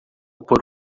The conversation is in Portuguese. por